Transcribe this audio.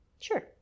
Sure